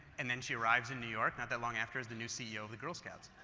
and then she arrives in new york, not that long after is the new ceo of the girl scouts.